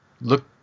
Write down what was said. look